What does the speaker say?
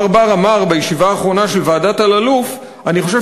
מר בר אמר בישיבה האחרונה של ועדת אלאלוף: אני חושב